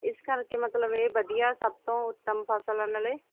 ਇਸ ਕਰਕੇ ਮਤਲਬ ਇਹ ਵਧੀਆ ਸਭ ਤੋਂ ਉੱਤਮ ਫਸਲ ਆ ਨਾਲੇ